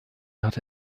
hatte